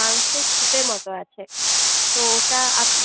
মাংসের মতো আছে তো ওটা আপনি